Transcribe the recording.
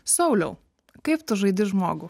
sauliau kaip tu žaidi žmogų